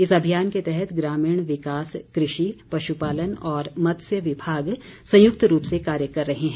इस अभियान के तहत ग्रामीण विकास कृषि पश्पालन तथा मत्स्य विभाग संयुक्त रूप से कार्य कर रहे हैं